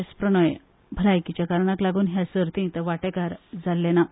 एस प्रणोय भलायकीच्या कारणांकलागून ह्या सर्तीत वाटेकार जाल्ले ना